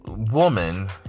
Woman